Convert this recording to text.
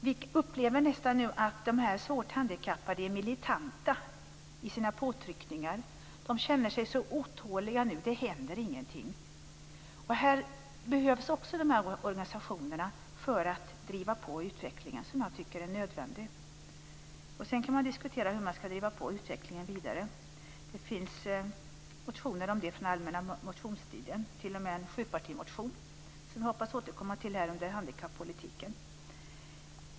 Vi upplever att de svårt handikappade nästan är militanta i sina påtryckningar. De känner sig så otåliga, för det händer ingenting. De här organisationerna behövs för att driva på utvecklingen, som jag tycker är nödvändig. Sedan kan man diskutera hur de ska driva på utvecklingen vidare. Det finns motioner om det från den allmänna motionstiden, t.o.m. en sjupartimotion som jag hoppas få återkomma till i fråga om handikappolitiken.